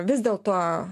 vis dėlto